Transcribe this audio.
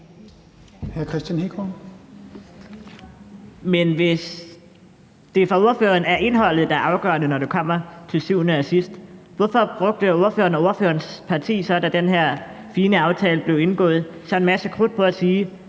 hvis det for ordføreren er indholdet, der til syvende og sidst er afgørende, hvorfor brugte ordføreren og ordførerens parti så, da den her fine aftale blev indgået, en masse krudt på at sige,